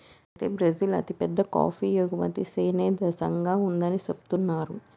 అయితే బ్రిజిల్ అతిపెద్ద కాఫీ ఎగుమతి సేనే దేశంగా ఉందని సెబుతున్నారు